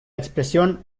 expresión